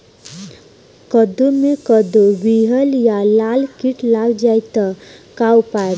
कद्दू मे कद्दू विहल या लाल कीट लग जाइ त का उपाय बा?